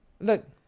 look